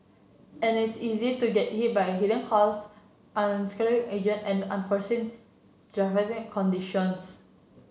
and it's easy to get hit by hidden costs unscrupulous agent and unforeseen conditions